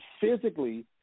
physically